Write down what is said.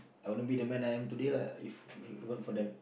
I wouldn't be the man I am today lah if if it weren't for them